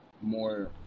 more